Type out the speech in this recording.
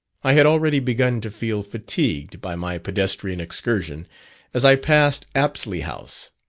i had already begun to feel fatigued by my pedestrian excursion as i passed apsley house,